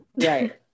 Right